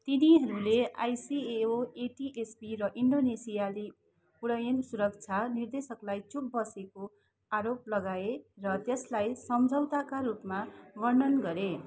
तिनीहरूले ICAO ATSB र इन्डोनेसियाली उड्डयन सुरक्षा निर्देशकलाई चुप बसेको आरोप लगाए र त्यसलाई समझौताका रूपमा वर्णन गरे